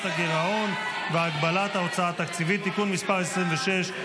הגירעון והגבלת ההוצאה התקציבית (תיקון מס' 26),